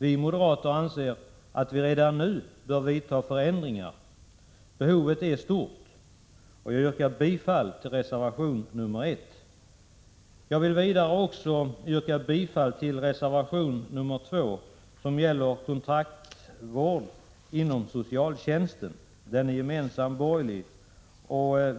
Vi moderater anser att vi redan nu bör genomföra förändringar. Behovet är stort. Jag yrkar bifall till reservation 1. Vidare vill jag yrka bifall till reservation 2, som gäller kontraktsvård inom socialtjänsten. Denna reservation är gemensamt borgerlig.